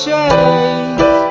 Chase